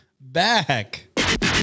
back